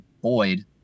Boyd